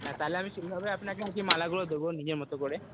না তাহলে আমি সেইভাবে আপনাকে কী মালাগুলো দেব নিজের মতো করে